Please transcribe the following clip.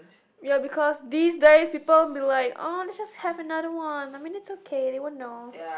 ya because these days people be like oh let's just have another one I mean it's okay they won't know